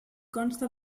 consta